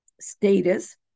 status